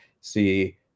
see